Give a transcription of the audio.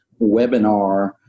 webinar